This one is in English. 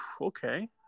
okay